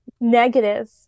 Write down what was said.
negative